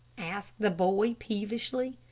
asked the boy, peevishly.